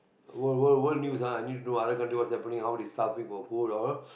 wo~ world world world news ah I need to know in other country what's happening how this start looking for food you know